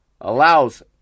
allows